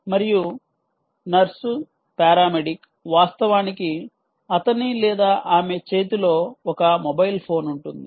మరియు nurse paramedic వాస్తవానికి అతని లేదా ఆమె చేతిలో ఒక మొబైల్ ఫోన్ ఉంటుంది